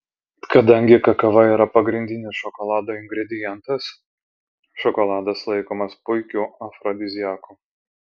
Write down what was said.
kadangi kakava yra pagrindinis šokolado ingredientas šokoladas laikomas puikiu afrodiziaku